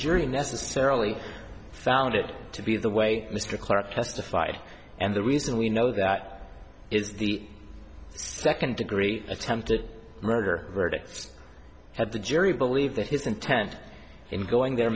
jury necessarily found it to be the way mr clarke testified and the reason we know that is the second degree attempted murder verdict had the jury believe that his intent in going the